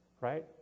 right